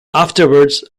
afterwards